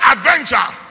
Adventure